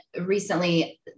recently